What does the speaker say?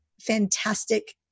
fantastic